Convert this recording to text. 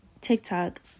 TikTok